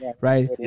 right